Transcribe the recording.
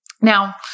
Now